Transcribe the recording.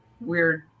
weird